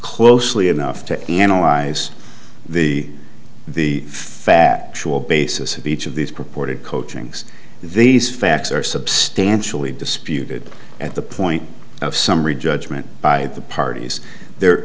closely enough to analyze the the fat basis of each of these purported coaching's these facts are substantially disputed at the point of summary judgment by the parties there